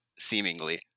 seemingly